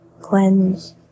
cleanse